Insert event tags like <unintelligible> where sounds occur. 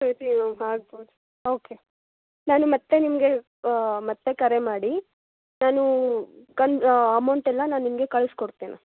<unintelligible> okay ನಾನು ಮತ್ತೆ ನಿಮಗೆ ಮತ್ತೆ ಕರೆ ಮಾಡಿ ನಾನು ಕನ್ ಅಮೌಂಟೆಲ್ಲ ನಾನು ನಿಮಗೆ ಕಳ್ಸಿಕೊಡ್ತೇನೆ